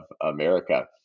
America